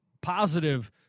positive